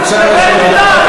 ומצפה שנציגיה